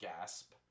gasp